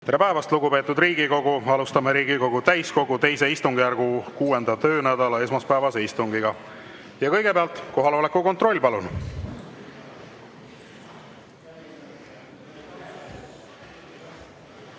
Tere päevast, lugupeetud Riigikogu! Alustame Riigikogu täiskogu II istungjärgu 6. töönädala esmaspäevast istungit. Ja kõigepealt kohaloleku kontroll, palun!